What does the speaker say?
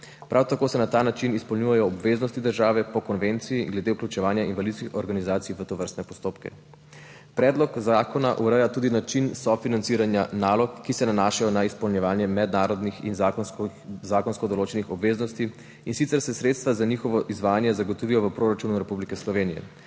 Prav tako se na ta način izpolnjujejo obveznosti države po konvenciji glede vključevanja invalidskih organizacij v tovrstne postopke. Predlog zakona ureja tudi način sofinanciranja nalog, ki se nanašajo na izpolnjevanje mednarodnih in zakonsko določenih obveznosti, in sicer se sredstva za njihovo izvajanje zagotovijo v proračunu Republike Slovenije.